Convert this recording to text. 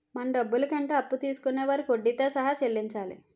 మన డబ్బులు కంటే అప్పు తీసుకొనే వారికి వడ్డీతో సహా చెల్లించాలి